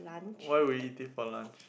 why will you eat it for lunch